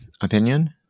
opinion